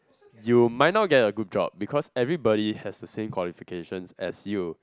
you might not get a good job because everybody has a same qualifications as you